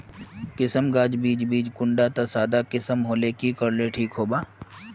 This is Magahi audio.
किसम गाज बीज बीज कुंडा त सादा किसम होले की कोर ले ठीक होबा?